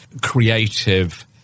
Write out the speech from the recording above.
creative